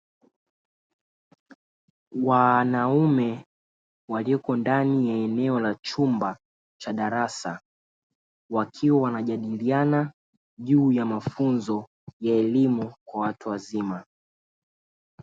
Wanaume walioko ndani ya eneo la chumba cha darasa wakiwa wanajadiliana juu ya mafunzo ya elimu kwa watu wazima.